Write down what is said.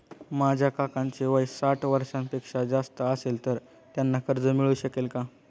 माझ्या काकांचे वय साठ वर्षांपेक्षा जास्त असेल तर त्यांना कर्ज मिळू शकेल का?